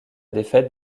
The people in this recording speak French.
défaite